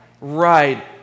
Right